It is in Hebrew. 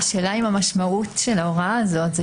השאלה עם המשמעות של ההוראה הזאת היא